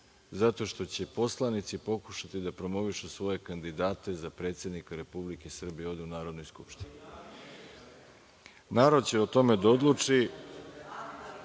zato što će poslanici pokušati da promovišu svoje kandidate za predsednika Republike Srbije, ovde u Narodnoj skupštini. Narod će o tome da odluči